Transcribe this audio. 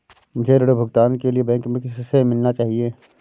मुझे ऋण भुगतान के लिए बैंक में किससे मिलना चाहिए?